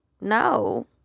no